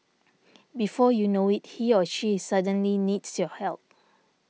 before you know it he or she suddenly needs your help